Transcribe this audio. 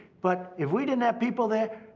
but if we didn't have people there,